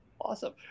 Awesome